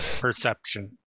perception